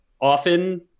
often